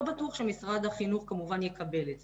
לא בטוח שמשרד החינוך יקבל את זה.